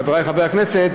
חברי חברי הכנסת,